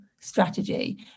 strategy